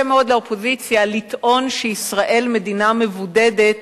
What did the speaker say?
מאוד לאופוזיציה לטעון שישראל היא מדינה מבודדת,